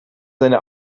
seine